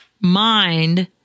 mind